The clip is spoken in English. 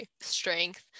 strength